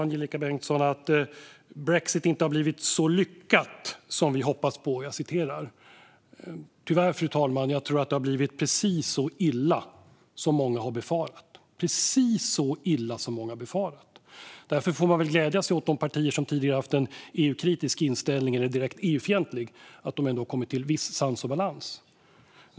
Angelika Bengtsson sa att brexit inte har blivit så lyckad som vi hoppats på. Tyvärr, fru talman, tror jag att det har blivit precis så illa som många har befarat. Därför får man glädjas åt att de partier som tidigare har haft en EU-kritisk inställning, eller en direkt EU-fientlig inställning, ändå har kommit till viss sans och balans.